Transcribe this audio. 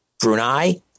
Brunei